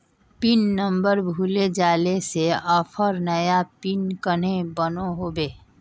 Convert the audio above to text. Pin number भूले जाले से ऑफर नया पिन कन्हे बनो होबे?